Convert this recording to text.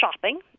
shopping